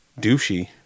douchey